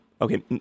Okay